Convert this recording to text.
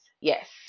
Yes